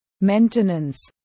maintenance